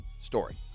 story